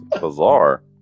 bizarre